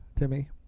Timmy